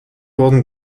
wurden